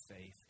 faith